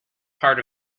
part